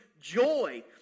joy